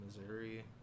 Missouri